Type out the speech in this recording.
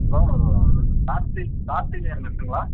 hello Karthi Karthigai மெஸ்ஸுங்களா